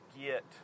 get